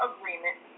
Agreement